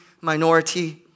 minority